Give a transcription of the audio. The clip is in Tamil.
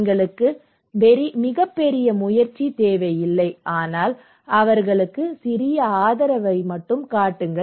எங்களுக்கு மிகப் பெரிய முயற்சி தேவையில்லை ஆனால் அவர்களுக்கு சிறிய ஆதரவைக் காட்டுங்கள்